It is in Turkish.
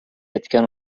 etken